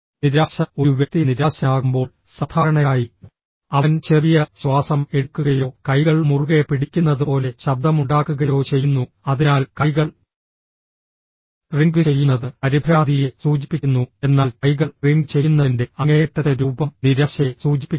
നിരാശ ഒരു വ്യക്തി നിരാശനാകുമ്പോൾ സാധാരണയായി അവൻ ചെറിയ ശ്വാസം എടുക്കുകയോ കൈകൾ മുറുകെ പിടിക്കുന്നതുപോലെ ശബ്ദമുണ്ടാക്കുകയോ ചെയ്യുന്നു അതിനാൽ കൈകൾ റിംഗ് ചെയ്യുന്നത് പരിഭ്രാന്തിയെ സൂചിപ്പിക്കുന്നു എന്നാൽ കൈകൾ റിംഗ് ചെയ്യുന്നതിന്റെ അങ്ങേയറ്റത്തെ രൂപം നിരാശയെ സൂചിപ്പിക്കുന്നു